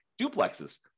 duplexes